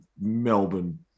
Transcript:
Melbourne